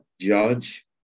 judge